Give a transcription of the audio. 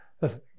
Listen